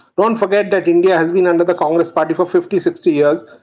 don't forget that india has been under the congress party for fifty, sixty years,